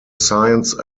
science